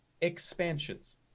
expansions